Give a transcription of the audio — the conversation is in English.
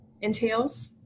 entails